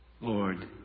Lord